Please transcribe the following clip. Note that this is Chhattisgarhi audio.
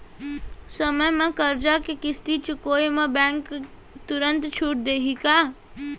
समय म करजा के किस्ती चुकोय म बैंक तुरंत छूट देहि का?